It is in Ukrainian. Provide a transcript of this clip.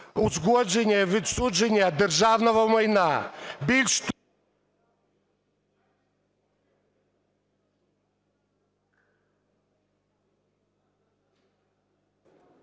узгодження і відсудження державного майна.